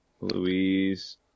louise